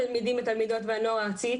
מועצת התלמידים והתלמידות והנוער הארצית,